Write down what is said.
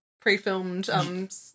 pre-filmed